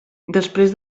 després